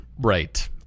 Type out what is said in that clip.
Right